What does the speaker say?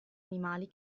animali